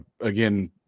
Again